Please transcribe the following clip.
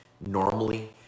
normally